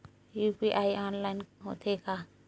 UPI online होथे का?